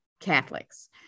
Catholics